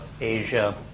Asia